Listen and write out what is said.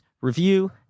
review